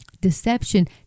Deception